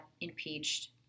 impeached